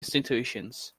institutions